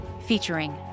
featuring